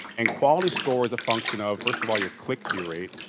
and quality score is a function of first of all your click-through rate,